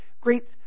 great